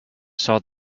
saw